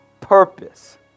purpose